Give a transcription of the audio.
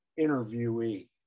interviewee